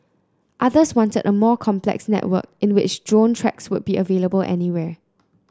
others wanted a more complex network in which drone tracks would be available anywhere